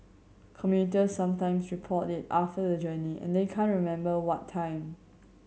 commuters sometimes report it after the journey and they can't remember what time